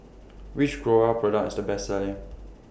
Which Growell Product IS The Best Selling